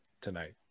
tonight